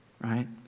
right